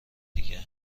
دیگه